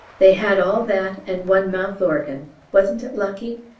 they had all that and one mouth-organ wasn't it lucky?